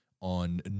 on